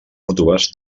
mútues